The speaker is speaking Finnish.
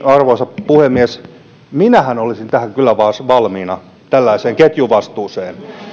arvoisa puhemies minähän olisin tähän kyllä valmiina tällaiseen ketjuvastuuseen